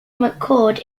mccord